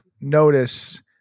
notice